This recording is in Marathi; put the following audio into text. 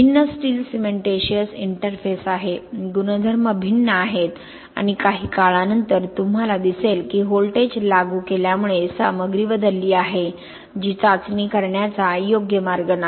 भिन्न स्टील सिमेंटिशिअस इंटरफेस आहे गुणधर्म भिन्न आहेत आणि काही काळानंतर तुम्हाला दिसेल की व्होल्टेज लागू केल्यामुळे सामग्री बदलली आहे जी चाचणी करण्याचा योग्य मार्ग नाही